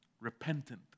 repentant